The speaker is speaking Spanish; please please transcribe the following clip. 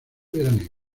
veraneo